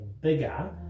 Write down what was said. bigger